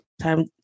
time